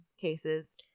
cases